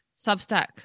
Substack